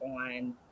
on